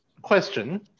Question